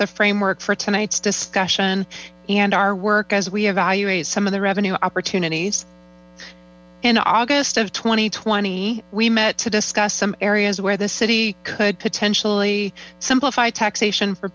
the framework for tonight's discscsionon and our work as we evaluate some of the revenue opportunities in august of two thousand and twenty we met to discuss some areas where the city could potentially simplify taxation for